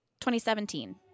2017